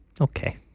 Okay